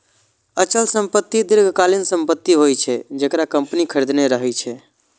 अचल संपत्ति दीर्घकालीन संपत्ति होइ छै, जेकरा कंपनी खरीदने रहै छै